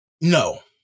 No